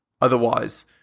Otherwise